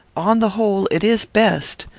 on the whole, it is best.